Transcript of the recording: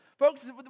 Folks